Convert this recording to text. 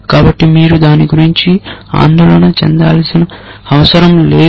కాబట్టి మీరు దాని గురించి ఆందోళన చెందాల్సిన అవసరం లేదు